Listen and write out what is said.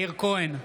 מאיר כהן,